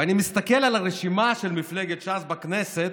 ואני מסתכל על הרשימה של מפלגת ש"ס בכנסת